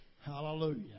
Hallelujah